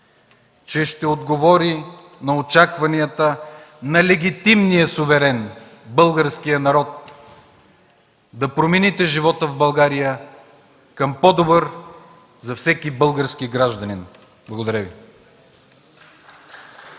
че ще отговори на очакванията на легитимния суверен – българският народ, да промените живота в България към по-добър за всеки български гражданин. Благодаря Ви.